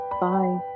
Bye